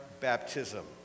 baptism